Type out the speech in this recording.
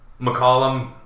McCollum